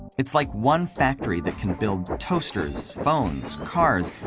it's like one factory that can build toasters, phones, cars,